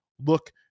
look